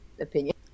opinion